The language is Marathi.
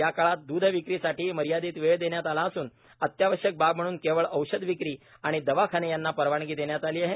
या काळात दुधविक्रीसाठीही मर्यादित वेळ देण्यात आली असून अत्यावश्यक बाब म्हणून केवळ औषधविक्री आणि दवाखाने यांना परवानगी देण्यात आली आहे